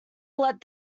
let